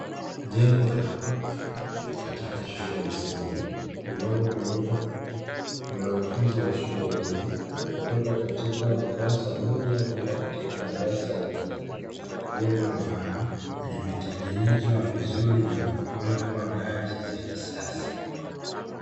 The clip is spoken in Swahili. Jengo la ghorofa katika shule ya msingi linalotumika na wanafunzi wa shule hiyo kutoka katika darasa moja kwenda katika darasa lingine, jengo ambalo limetengenezwa vizuri na kuwekwa ngazi za kisasa.